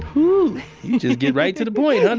hoo! you just get right to the point, huh and